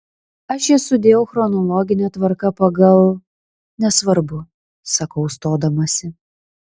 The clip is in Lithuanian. aš jas sudėjau chronologine tvarka pagal nesvarbu sakau stodamasi